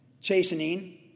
chastening